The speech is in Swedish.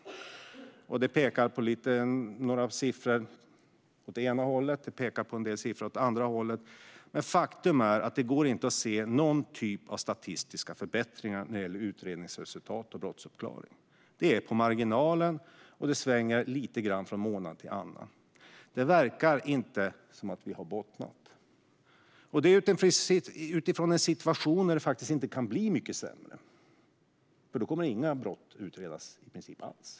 Då pekades det på några siffror åt ena hållet och några siffror åt andra hållet, men faktum är att det inte går att se någon typ av statistiska förbättringar när det gäller utredningsresultat och brottsuppklaring. Siffrorna ligger på marginalen, och de svänger lite grann från månad till annan. Det verkar inte som att vi bottnat - och detta utifrån en situation som inte kan bli mycket sämre, för då kommer inga brott alls att utredas.